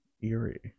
Eerie